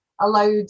allowed